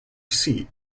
seat